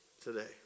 today